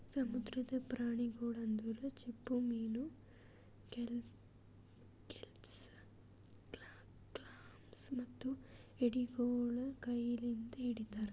ಸಮುದ್ರದ ಪ್ರಾಣಿಗೊಳ್ ಅಂದುರ್ ಚಿಪ್ಪುಮೀನು, ಕೆಲ್ಪಸ್, ಕ್ಲಾಮ್ಸ್ ಮತ್ತ ಎಡಿಗೊಳ್ ಕೈ ಲಿಂತ್ ಹಿಡಿತಾರ್